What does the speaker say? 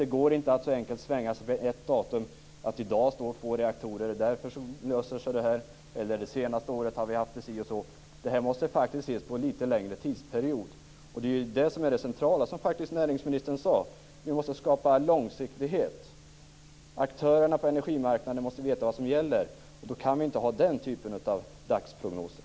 Det går inte att att så enkelt svänga sig med att det i dag står två reaktorer och därför kommer det hela att lösa sig, eller att det senaste året har det varit si eller så. Det här måste ses över en längre tidsperiod. Det centrala är det som näringsministern sade, nämligen att skapa långsiktighet. Aktörerna på energimarknaden måste veta vad som gäller. Då går det inte att ha dagsprognoser.